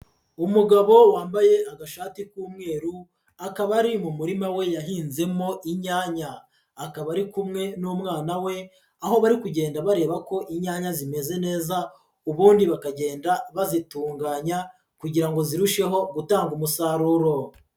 Umugabo wambaye agashati k'umweru, akaba ari mu murima we yahinzemo inyanya, akaba ari kumwe n'umwana we, aho bari kugenda bareba ko inyanya zimeze neza, ubundi bakagenda bazitunganya kugira ngo zirusheho gutanga umusaruro.